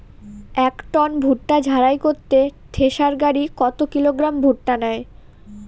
এক টন ভুট্টা ঝাড়াই করতে থেসার গাড়ী কত কিলোগ্রাম ভুট্টা নেয়?